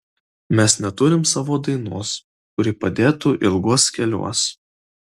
mes neturim savo dainos kuri padėtų ilguos keliuos